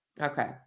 Okay